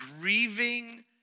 grieving